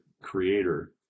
creator